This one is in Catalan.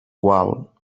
qual